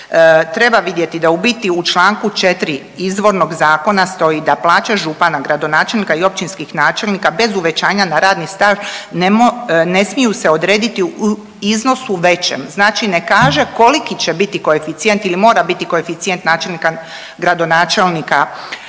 Treba vidjeti, da u biti u članku 4. izvornog zakona stoji da plaća župana, gradonačelnika i općinskih načelnika bez uvećanja na radni staž ne smiju se odrediti u iznosu većem. Znači ne kaže koliki će biti koeficijent ili mora biti koeficijent načelnika, gradonačelnika,